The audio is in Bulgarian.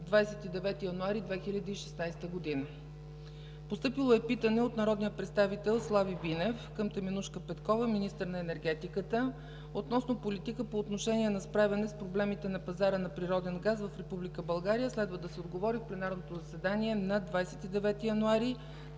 29 януари 2016 г. Постъпило е питане от народния представител Слави Бинев към Теменужка Петкова – министър на енергетиката, относно политиката по отношение на справяне с проблемите на пазара на природен газ в Република България. Следва да се отговори в пленарното заседание на 29 януари 2016 г.